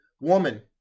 Woman